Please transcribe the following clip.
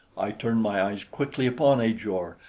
i turned my eyes quickly upon ajor,